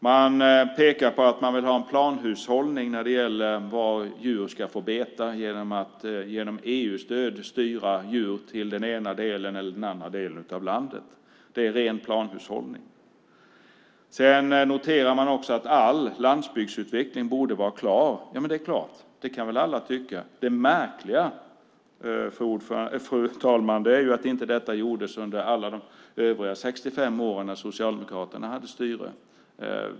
Man pekar på att man vill ha en planhushållning när det gäller var djur ska få beta genom att med EU-stöd styra djur till den ena eller andra delen av landet. Det är ren planhushållning. Sedan noterar man att all landsbygdsutveckling borde vara klar. Ja, det är klart. Det kan väl alla tycka. Det märkliga, fru talman, är att detta inte gjordes under alla de övriga 65 år när Socialdemokraterna styrde.